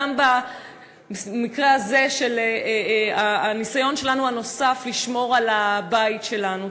גם במקרה הזה של הניסיון הנוסף שלנו לשמור על הבית שלנו.